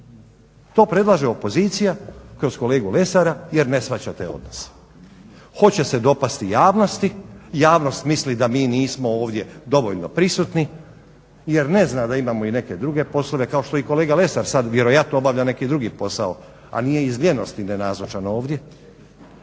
To predlaže opozicija kroz kolegu Lesara jer ne shvaća te odnose. Hoće se dopasti javnosti, javnost misli da mi nismo ovdje dovoljno prisutni jer ne zna da imamo i neke druge poslove kao što je i kolega Lesar sad vjerojatno obavlja neki drugi posao, a nije iz lijenosti nenazočan ovdje,